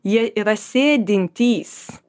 jie yra sėdintys